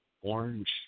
orange